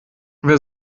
wer